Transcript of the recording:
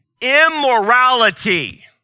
immorality